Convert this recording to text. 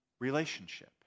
relationship